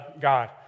God